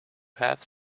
have